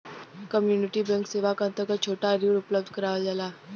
community bank सेवा क अंतर्गत छोटा ऋण उपलब्ध करावल जाला